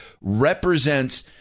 represents